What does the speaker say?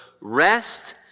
rest